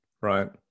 right